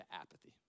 apathy